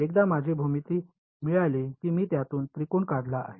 एकदा माझी भूमिती मिळाली की मी त्यातून त्रिकोण काढला आहे